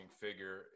figure